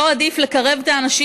לא עדיף לקרב את האנשים?